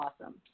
awesome